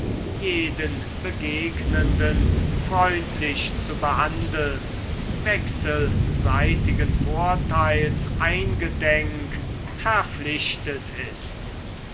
jeden begegnenden freundlich zu behandeln wechselseitigen vorteils eingedenk verpflichtet ist